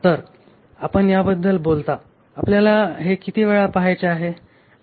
तर आपण याबद्दल बोलता आपल्याला हे किती वेळा पहायचे आहे